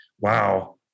wow